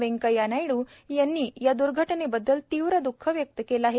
व्यंकय्या नायड् यांनी या द्र्घटनेबद्दल तीव्र द्ःख व्यक्त केलं आहे